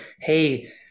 hey